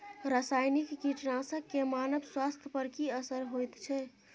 रसायनिक कीटनासक के मानव स्वास्थ्य पर की असर होयत छै?